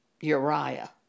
Uriah